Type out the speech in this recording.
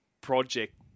project